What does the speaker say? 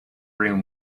room